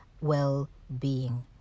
well-being